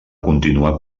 continuar